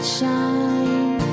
shine